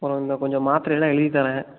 அப்புறம் இந்த கொஞ்சம் மாத்திரயெல்லாம் எழுதித்தரேன்